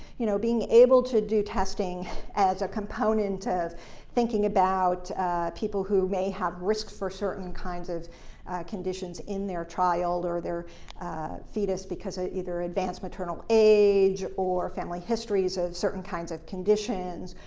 you know, being able to do testing as a component of thinking about people who may have risks for certain kinds of conditions in their child or their fetus because ah either advanced maternal age, or family histories of certain kinds of conditions,